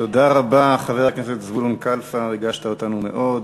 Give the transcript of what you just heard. תודה רבה, חבר הכנסת קלפה, ריגשת אותנו מאוד.